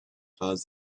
caused